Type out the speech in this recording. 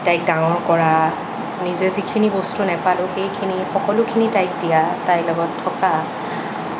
তাইক ডাঙৰ কৰা নিজে যিখিনি বস্তু নেপালো সেইখিনি সকলোখিনি তাইক দিয়া তাইৰ লগত থকা